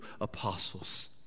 apostles